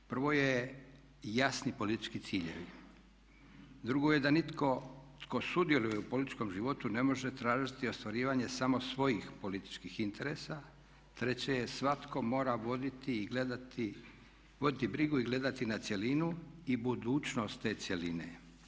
Prvo je jasni politički ciljevi, drugo je da nitko tko sudjeluje u političkom životu ne može tražiti ostvarivanje samo svojih političkih interesa, treće je svatko mora voditi i gledati, voditi brigu i gledati na cjelinu i budućnost te cjeline.